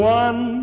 one